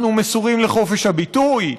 אנחנו מסורים לחופש הביטוי.